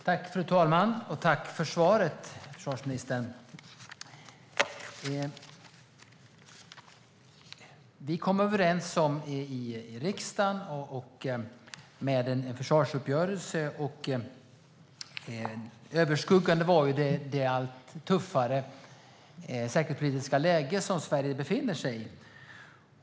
Fru talman! Tack för svaret, försvarsministern! Vi träffade en försvarsuppgörelse i riksdagen. Överskuggande där var det allt tuffare säkerhetspolitiska läge som Sverige befinner sig i.